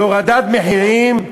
להורדת מחירים,